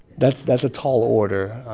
that's that's a tall order.